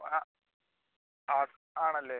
ഓ ആ ആ ആണല്ലേ